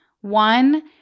One